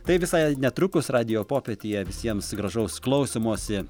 tai visai netrukus radijo popietėje visiems gražaus klausymosi